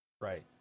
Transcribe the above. Right